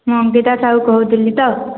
ନନ୍ଦିତା ସାହୁ କହୁଥିଲି ତ